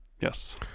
yes